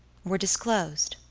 were disclosed.